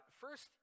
first